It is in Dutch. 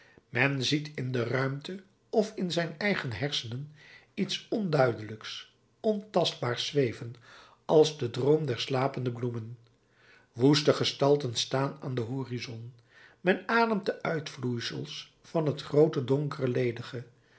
men ziet in de ruimte of in zijn eigen hersenen iets onduidelijks ontastbaars zweven als de droom der slapende bloemen woeste gestalten staan aan den horizon men ademt de uitvloeisels van het groote donkere ledige